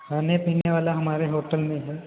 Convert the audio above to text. खाने पीने वाला हमारे होटल में है